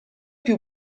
più